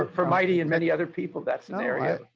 ah for mitei and many other people, that's an area.